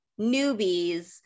newbies